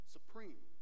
Supreme